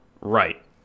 Right